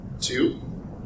two